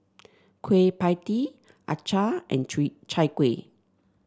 Kueh Pie Tee acar and Chai Kuih